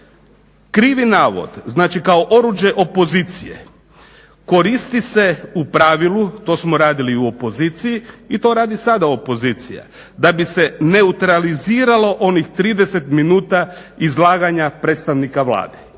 Krivi navod znači kao oruđe opozicije koristi se u pravilu, to smo radili i u opoziciji i to radi sada opozicija, da bi se neutraliziralo onih 30 minuta izlaganja predstavnika Vlade